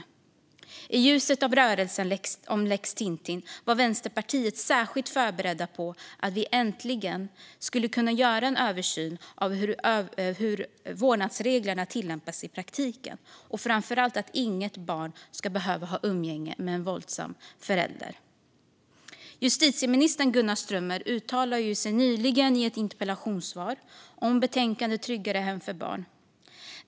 I ljuset av rörelsen lex Tintin var vi i Vänsterpartiet särskilt förberedda på att det äntligen skulle kunna göras en översyn av hur vårdnadsreglerna tillämpas i praktiken och framför allt att inget barn ska behöva ha umgänge med en våldsam förälder. Justitieminister Gunnar Strömmer uttalade sig nyligen i ett interpellationssvar om betänkandet Tryggare hem för barn .